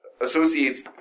associates